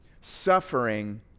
Suffering